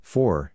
Four